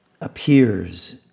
appears